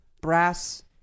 Brass